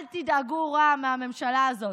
אל תדאגו, רע"מ, מהממשלה הזאת.